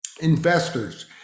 investors